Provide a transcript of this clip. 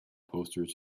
posters